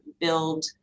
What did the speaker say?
build